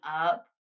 up